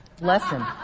Lesson